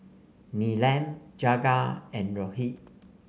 Neelam Jagat and Rohit